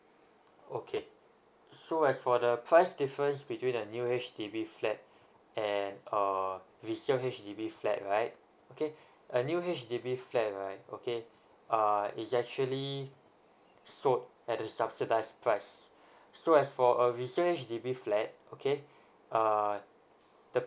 okay so as for the price difference between a new H_D_B flat and a resale H_D_B flat right okaya new H_D_B flat right okay uh it's actually sold at a subsidised price so as for a resale H_D_B flat okay uh the